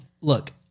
look